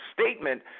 statement